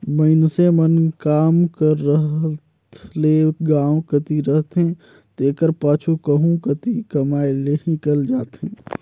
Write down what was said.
मइनसे मन काम कर रहत ले गाँव कती रहथें तेकर पाछू कहों कती कमाए लें हिंकेल जाथें